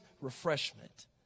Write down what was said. refreshment